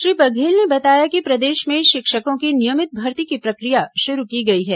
श्री बघेल ने बताया कि प्रदेश में शिक्षकों की नियमित भर्ती की प्रक्रिया शुरू की गई है